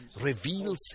reveals